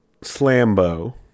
Slambo